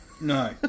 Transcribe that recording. No